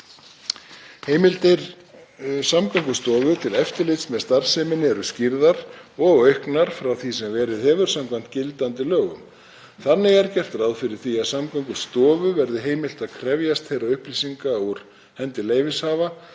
Heimildir Samgöngustofu til eftirlits með starfseminni eru skýrðar og auknar frá því sem verið hefur samkvæmt gildandi lögum. Þannig er gert ráð fyrir því að Samgöngustofu verði heimilt að krefjast þeirra upplýsinga úr hendi leyfishafa